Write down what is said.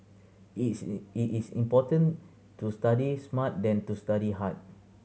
it is more important to study smart than to study hard